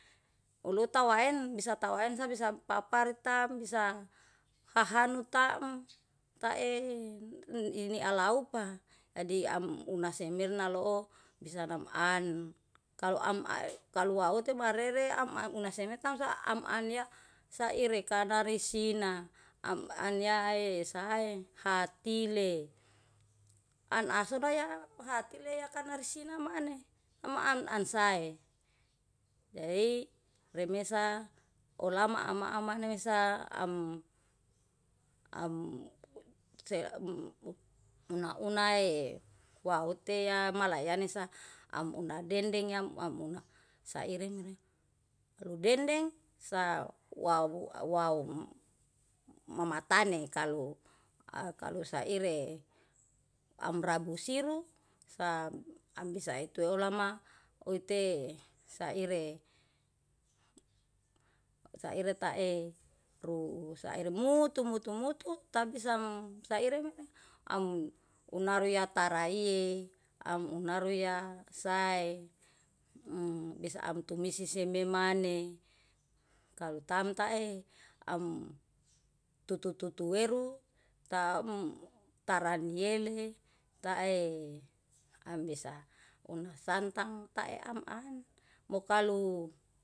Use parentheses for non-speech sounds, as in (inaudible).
Uluta waen bisa tawaen sabisa papartam bisa, hahan taem tae ini alau pa. Jaji am unahsemerna loo bisa nam an, kalu am ae (hesitation) kalu waote marere am unahsemeta sa am anya saire kanarisina am anyae sae hatile. An ahsu baya hatile yakanar sinamane am an ansae. Jaji remesa olama ama-ama nesa am (hesitation) una-unae wauteya malayanesa amuna dendeng yam am una saire (unintelligible) lu dendeng sa wau wau (hesitation) mamatene kalu ak kalu saire amrabusiru sam amsaetu olama ute saire, saire tae ru saire mutumu tumutu tabisam saire me am unare yatalie am urari ya sae. Bisa amtumisi sememane kalu tamtae am tututuweru taem taranyele tae am bisa unasantang tae am an. Mukalu.